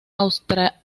asturiana